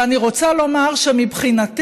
ואני רוצה לומר שמבחינתי,